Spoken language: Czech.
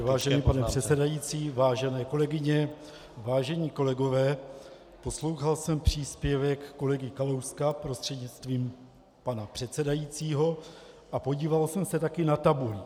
Vážený pane předsedající, vážené kolegyně, vážení kolegové, poslouchal jsem příspěvek kolegy Kalouska prostřednictvím pana předsedajícího a podíval jsem se taky na tabuli.